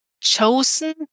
chosen